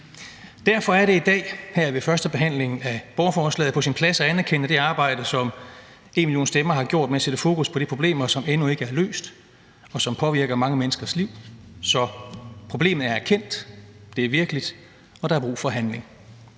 Derfor er det i dag her ved førstebehandlingen af borgerforslaget på sin plads at anerkende det arbejde, som #enmillionstemmer har gjort, med at sætte fokus på de problemer, som endnu ikke er løst, og som påvirker mange menneskers liv. Så problemet er kendt, det er virkeligt, og der er brug for handling.